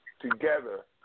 together